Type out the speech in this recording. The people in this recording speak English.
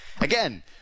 again